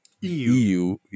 EU